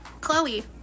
Chloe